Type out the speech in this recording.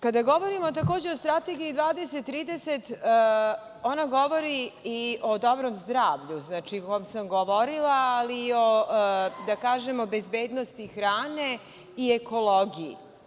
Kada govorimo takođe o Strategiji 2030, ona govori i o dobrom zdravlju, o kom sam govorila, ali i o bezbednosti hrane i ekologiji.